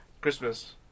Christmas